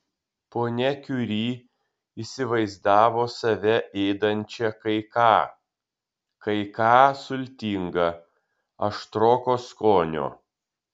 ponia kiuri įsivaizdavo save ėdančią kai ką kai ką sultinga aštroko skonio